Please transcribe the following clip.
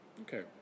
Okay